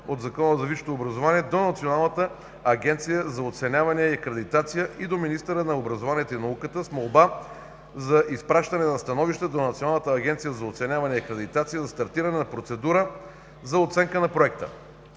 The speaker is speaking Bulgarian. от Закона за висшето образование до Националната агенция за оценяване и акредитация, и до министъра на образованието и науката с молба за изпращане на становище до Националната агенция за оценяване и акредитация за стартиране на процедура за оценка на Проекта.